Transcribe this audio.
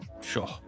Sure